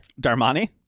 darmani